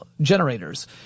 generators